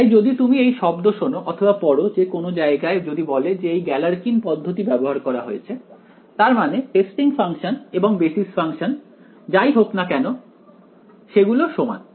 তাই যদি তুমি এই শব্দ শোনো অথবা পড়ো যেকোনো জায়গায় যদি বলে যে এই গ্যালারকিন পদ্ধতি ব্যবহার করা হয়েছে তার মানে টেস্টিং ফাংশন এবং বেসিস ফাংশন যাই হোক না কেন সেগুলো সমান